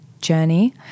journey